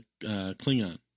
Klingon